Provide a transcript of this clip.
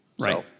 Right